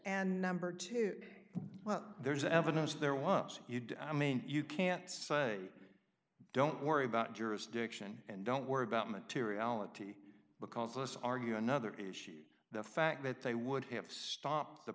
and number two well there's evidence there was you did i mean you can't say don't worry about jurisdiction and don't worry about materiality because us are you another issue the fact that they would have stopped the